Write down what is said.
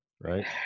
right